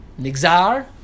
nixar